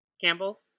campbell